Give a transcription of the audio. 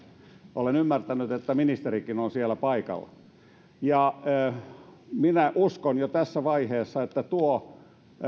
olen ymmärtänyt että ministerikin on siellä paikalla minä uskon jo tässä vaiheessa että tuo